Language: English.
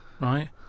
right